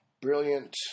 brilliant